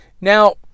Now